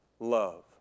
Love